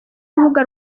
urubuga